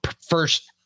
first